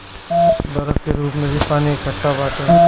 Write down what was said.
बरफ के रूप में भी पानी एकट्ठा बाटे